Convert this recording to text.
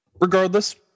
regardless